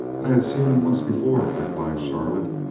i had seen him once before, replied charlotte,